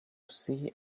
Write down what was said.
see